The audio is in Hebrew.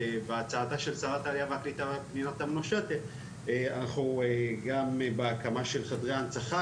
בהצעתה של שרת העלייה והקליטה אנחנו גם בהקמה של חדרי הנצחה,